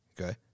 Okay